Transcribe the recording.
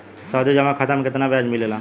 सावधि जमा खाता मे कितना ब्याज मिले ला?